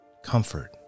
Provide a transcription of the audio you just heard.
Comfort